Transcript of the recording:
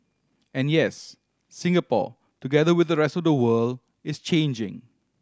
and yes Singapore together with the rest of the world is changing